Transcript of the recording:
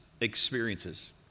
experiences